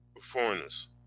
foreigners